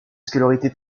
scolarité